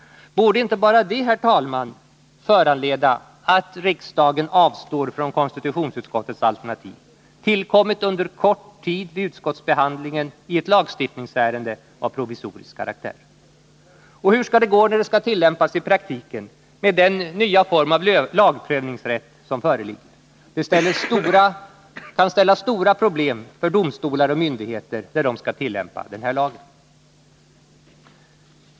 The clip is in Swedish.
Bör inte det, herr talman, föranleda att riksdagen avstår från konstitutionsutskottets alternativ, tillkommet under kort tid vid utskottsbehandlingen i ett lagstiftningsärende av provisorisk karaktär? Och hur skall det gå när de skall tillämpas i praktiken med den nya form av lagprövningsrätt som föreligger? Det kan ställa till stora problem för domstolar och myndigheter när de skall tillämpa denna lag.